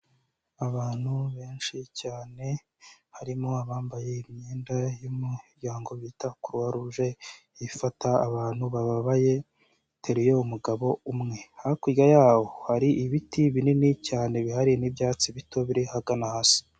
Abantu benshi cyane harimo abambaye imyenda y'umuryango bita croix rouge ifata abantu bababaye iteruye umugabo umwe, hakurya yaho hari ibiti binini cyane bihari n'ibyatsi bito biri hagana hasi.